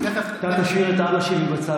אתה תשאיר את אבא שלי בצד.